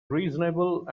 reasonable